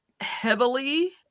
heavily